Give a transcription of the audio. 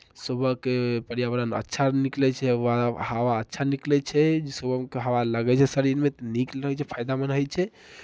सुबहकेँ पर्यावरण अच्छा निकलै छै वा हवा अच्छा निकलै छै सुबहकेँ हवा लगै छै शरीरमे तऽ नीक लगै छै फायदामन्द होइ छै